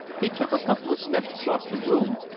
he took a couple of steps across the room,